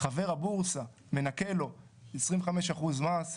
חבר הבורסה מנכה לו 25% מס,